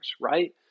right